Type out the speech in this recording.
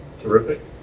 Terrific